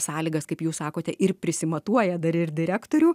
sąlygas kaip jūs sakote ir prisimatuoja dar ir direktorių